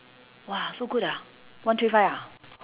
!wah! so good ah one three five ah